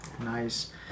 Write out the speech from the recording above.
Nice